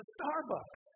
Starbucks